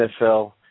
NFL